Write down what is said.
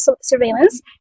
surveillance